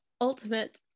ultimate